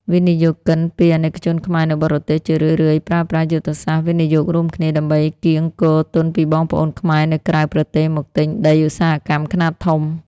វិនិយោគិនពី អាណិកជនខ្មែរនៅបរទេស ជារឿយៗប្រើប្រាស់យុទ្ធសាស្ត្រ "វិនិយោគរួមគ្នា" ដើម្បីកៀងគរទុនពីបងប្អូនខ្មែរនៅក្រៅប្រទេសមកទិញដីឧស្សាហកម្មខ្នាតធំ។